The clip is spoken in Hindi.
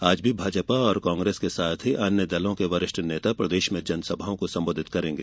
आज भी भाजपा कांग्रेस के साथ ही अन्य दलों के वरिष्ठ नेता प्रदेश में जनसभाओं को संबोधित करेंगे